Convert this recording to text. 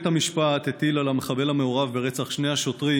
בית המשפט הטיל על המחבל המעורב ברצח שני השוטרים